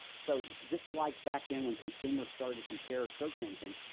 so just like back then when consumers started to compare search engines,